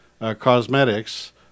Cosmetics